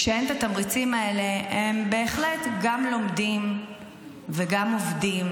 כשאין את התמריצים האלה הם בהחלט גם לומדים וגם עובדים